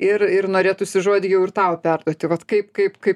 ir ir norėtųsi žodį jau ir tau perduoti vat kaip kaip kaip